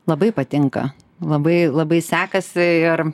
labai patinka labai labai sekasi ir